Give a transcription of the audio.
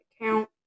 account